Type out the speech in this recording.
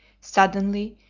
suddenly,